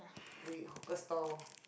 with hawker stall